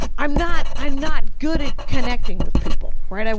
i'm not i'm not good at connecting with people. right?